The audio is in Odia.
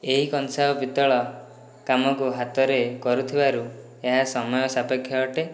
ଏହି କଂସା ଓ ପିତ୍ତଳ କାମକୁ ହାତରେ କରୁଥିବାରୁ ଏହା ସମୟ ସାପେକ୍ଷ ଅଟେ